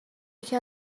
یکی